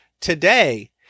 today